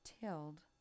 tilled